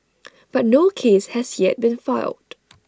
but no case has yet been filed